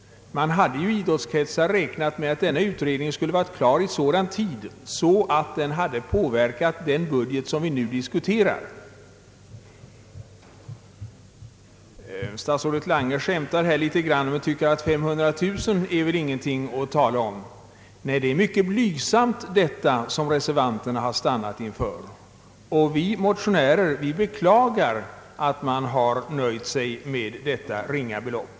Man hade f. ö. i idrottskretsar räknat med att denna utredning skulle varit klar i sådan tid att den kunnat påverka den budget vi nu diskuterar. Statsrådet Lange skämtar litet här och tycker att 500 000 kronor väl inte är någonting att tala om. Nej, det är en mycket blygsam summa som reservanterna stannat för, och vi motionärer beklagar att de har nöjt sig med detta ringa belopp.